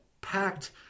packed